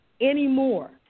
Anymore